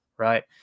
Right